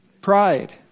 Pride